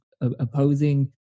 opposing